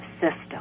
system